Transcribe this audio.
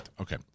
Okay